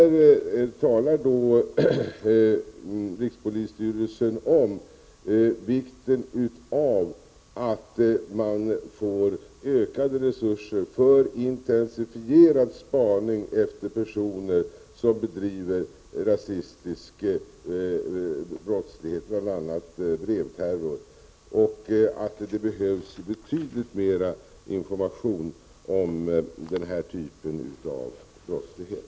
Rikspolisstyrelsen talar där om vikten av att man får ökade resurser för intensifierad spaning efter personer som bedriver rasistisk brottslighet, bl.a. brevterror, och att det behövs betydligt mera information om den här typen av brottslighet.